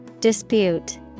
Dispute